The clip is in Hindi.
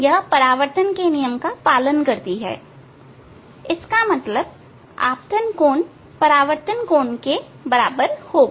यह परावर्तन के नियम का पालन करती है इसका मतलब आपतन कोण परावर्तन कोण के बराबर होगा